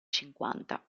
cinquanta